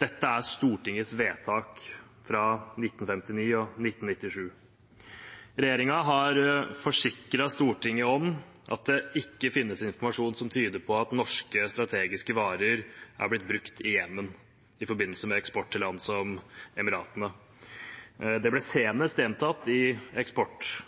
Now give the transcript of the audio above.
Dette er Stortingets vedtak fra 1959 og 1997. Regjeringen har forsikret Stortinget om at det ikke finnes informasjon som tyder på at norske strategiske varer er blitt brukt i Jemen i forbindelse med eksport til land som Emiratene. Det ble senest gjentatt i